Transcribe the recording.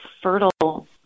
fertile